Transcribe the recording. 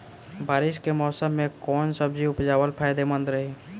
बारिश के मौषम मे कौन सब्जी उपजावल फायदेमंद रही?